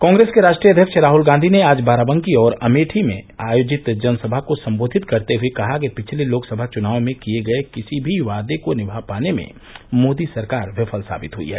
कॉग्रेस के राष्ट्रीय अध्यक्ष राहुल गांधी ने आज बाराबंकी और अमेठी में आयोजित जनसभा को सम्बोधित करते हुये कहा कि पिछले लोकसभा चुनाव में किर्ये गये किसी भी वादे को निभा पाने में मोदी सरकार विफल साबित हुयी है